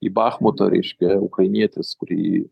į bachmuto reiškia ukrainietis kurį